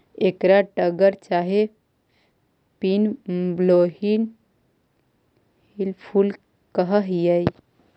एकरा टगर चाहे पिन व्हील फूल कह हियई